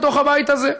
בתוך הבית הזה.